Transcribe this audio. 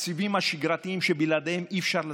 התקציבים השגרתיים שבלעדיהם אי-אפשר לזוז,